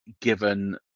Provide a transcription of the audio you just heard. given